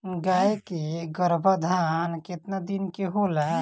गाय के गरभाधान केतना दिन के होला?